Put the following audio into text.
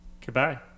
Goodbye